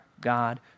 God